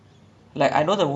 ah later like I